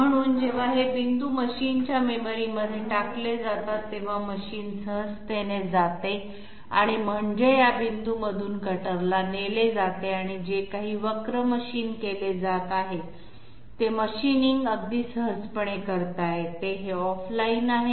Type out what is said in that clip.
म्हणून जेव्हा हे बिंदू मशीनच्या मेमरीमध्ये टाकले जातात तेव्हा मशीन सहजतेने जाते म्हणजे या बिंदूंमधून कटरला नेले जाते आणि जे काही कर्वीलिनीअर मशीन केले जात आहे ते मशीनिंग अगदी सहजपणे करता येते हे ऑफलाइन आहे